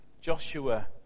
Joshua